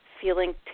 feeling